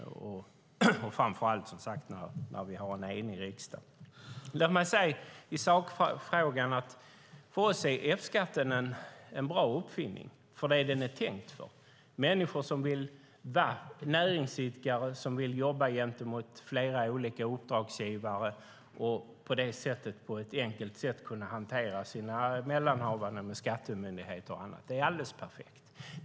Vi anser att F-skatten är en bra uppfinning för det den är tänkt för. Näringsidkare som vill jobba gentemot flera olika uppdragsgivare kan på det sättet enkelt hantera sina mellanhavanden med skattemyndighet och annat. Det är alldeles perfekt.